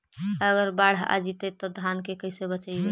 अगर बाढ़ आ जितै तो धान के कैसे बचइबै?